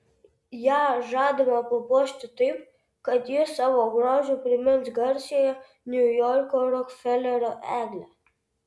ją žadama papuošti taip kad ji savo grožiu primins garsiąją niujorko rokfelerio eglę